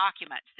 documents